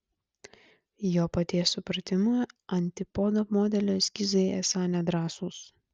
jo paties supratimu antipodo modelio eskizai esą nedrąsūs